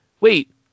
wait